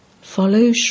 Follow